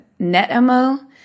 NetMO